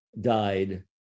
died